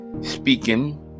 speaking